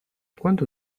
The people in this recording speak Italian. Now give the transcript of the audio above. quanto